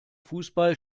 fußball